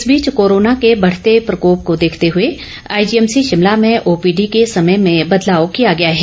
इस बीच कोरोना के बढ़ते प्रकोप को देखते हुए आईजीएमसी शिमला में ओपीडी के समय में बैदलाव किया गया है